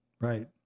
right